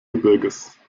gebirges